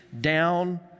Down